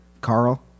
Carl